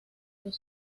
los